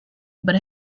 but